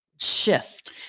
shift